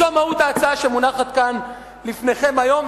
זאת מהות ההצעה שמונחת כאן בפניכם היום,